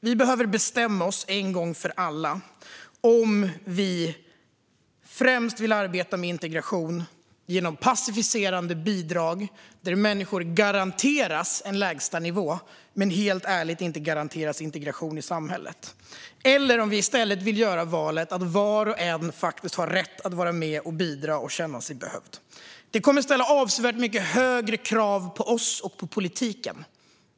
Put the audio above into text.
Vi behöver bestämma oss en gång för alla om vi främst vill arbeta med integration genom passiviserande bidrag där människor garanteras en lägstanivå men helt ärligt inte garanteras integration i samhället eller om vi i stället vill göra valet att var och en faktiskt ska ha rätt att vara med och bidra och känna sig behövd. Det kommer att ställa avsevärt mycket högre krav på oss och på politiken.